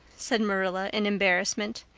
said marilla in embarrassment.